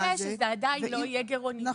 ושזה עדיין לא יהיה גירעוני.